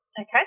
Okay